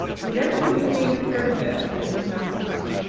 whatever you may have heard about me in macassar.